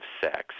sex